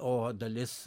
o dalis